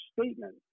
statement